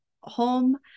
home